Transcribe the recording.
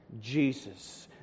Jesus